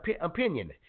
opinion